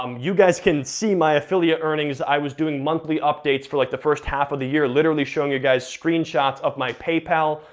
um you guys can see my affiliate earnings, i was doing monthly updates for like the first half of the year, literally showing you ah guys screenshots of my paypal,